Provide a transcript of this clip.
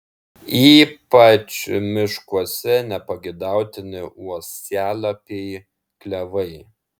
ypač miškuose nepageidautini uosialapiai klevai